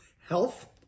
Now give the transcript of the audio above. health